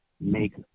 make